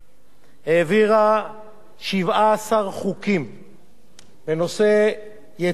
העבירה 17 חוקים בנושאי יתומים,